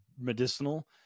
medicinal